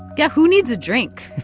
yeah. who needs a drink?